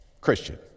Christian